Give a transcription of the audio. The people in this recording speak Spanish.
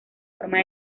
forma